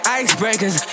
icebreakers